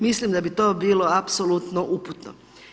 Mislim da bi to bilo apsolutno uputno.